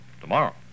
Tomorrow